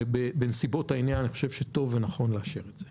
ובנסיבות העניין אני חושב שטוב ונכון לאשר את זה.